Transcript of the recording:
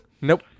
Nope